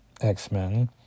X-Men